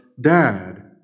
dad